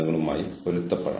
ഇത് മറ്റൊരു പേപ്പറിലാണ്